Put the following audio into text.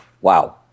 wow